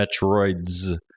Metroids